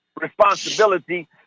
responsibility